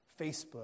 Facebook